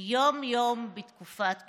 יום-יום בתקופת כהונתי.